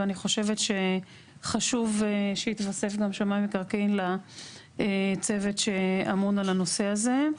ואני חושבת שחשוב שיתווסף גם שמאי מקרקעין לצוות שאמון על הנושא הזה.